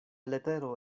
letero